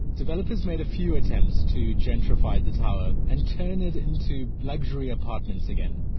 developers made a few attempts to gentrify the tower and turn it into luxury apartments again,